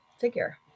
figure